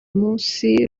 munsi